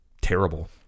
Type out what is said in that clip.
terrible